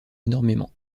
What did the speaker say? énormément